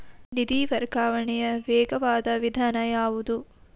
ನಿಧಿ ವರ್ಗಾವಣೆಯ ವೇಗವಾದ ವಿಧಾನ ಯಾವುದು?